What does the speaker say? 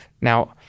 Now